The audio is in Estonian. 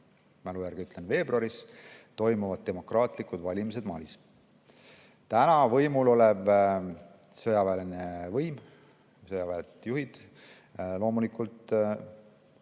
mälu järgi ütlen – veebruaris toimuvad demokraatlikud valimised Malis. Täna võimulolev sõjaväeline võim, sõjaväelised juhid, loomulikult